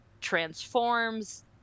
transforms